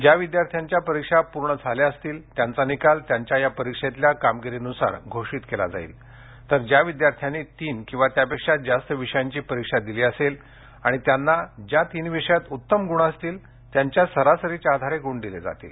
ज्या विद्यार्थ्यांच्या परीक्षा पूर्ण झाल्या असतील त्यांचा निकाल त्यांच्या या परीक्षेतल्या कामगिरीनुसार घोषित केला जाईल तर ज्या विद्यार्थ्यांनी तीन किंवा त्यापेक्षा जास्त विषयांची परीक्षा दिली असेल त्यांना ज्या तीन विषयात उत्तम गुण असतील त्यांच्या सरासरीच्या आधारे गुण दिले जातील